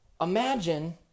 Imagine